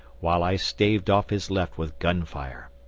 while i staved off his left with gun fire.